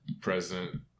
president